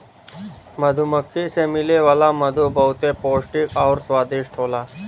मधुमक्खी से मिले वाला मधु बहुते पौष्टिक आउर स्वादिष्ट होला